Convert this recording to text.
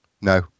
no